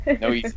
No